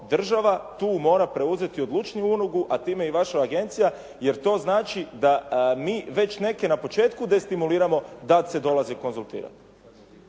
država tu mora preuzeti odlučniju ulogu a time i vaša agencija jer to znači da mi već neke na početku destimuliramo da se dolazi konzultirati.